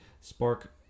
spark